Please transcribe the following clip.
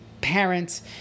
parents